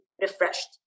refreshed